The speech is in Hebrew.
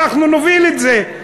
אנחנו נוביל את זה.